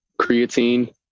creatine